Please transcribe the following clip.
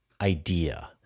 idea